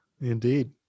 Indeed